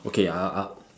okay uh uh